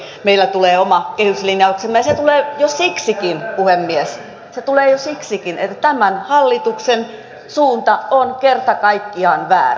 luonnollisesti meiltä tulee myös oma kehyslinjauksemme ja se tulee jo siksikin puhemies se tulee jo siksikin että tämän hallituksen suunta on kerta kaikkiaan väärä